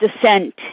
descent